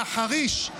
להחריש,